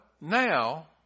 now